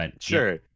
Sure